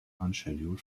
unscheduled